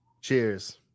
Cheers